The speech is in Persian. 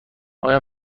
آیا